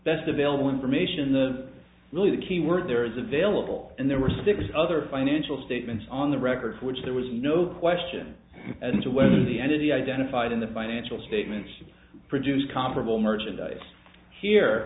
best available information the really the key word there is available and there were six other financial statements on the record which there was no question as to whether the entity identified in the financial statements to produce comparable merchandise here